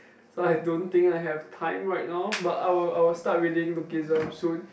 so I don't think I have time right now but I will I will start reading Lookism soon